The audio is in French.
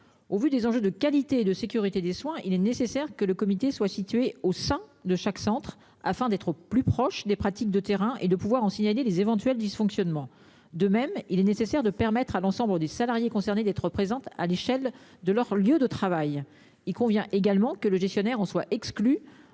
Au vu des enjeux de qualité et de sécurité des soins, il est nécessaire que le comité soit situé au sein de chaque centre afin d'être plus proche des pratiques de terrain et de pouvoir en signaler les éventuels dysfonctionnements. De même, il est nécessaire de permettre à l'ensemble des salariés concernés, d'être présente à l'échelle de leur lieu de travail. Il convient également que le gestionnaire en soit exclu